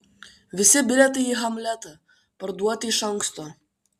visi bilietai į hamletą parduoti iš anksto